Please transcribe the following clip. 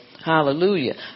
Hallelujah